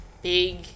big